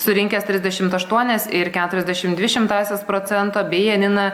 surinkęs trisdešimt aštuonis ir keturiasdešimt dvi šimtąsias procento bei janina